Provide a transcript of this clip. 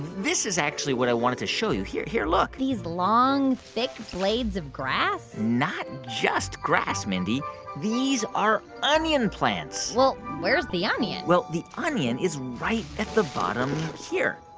this is actually what i wanted to show you, here, look these long, thick blades of grass? not just grass, mindy these are onion plants well, where's the onion? well, the onion is right at the bottom here.